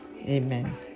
Amen